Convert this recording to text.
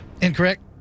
Incorrect